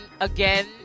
again